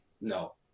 no